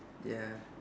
ya